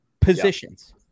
positions